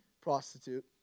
prostitute